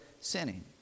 sinning